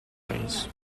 ways